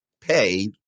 pay